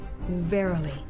Verily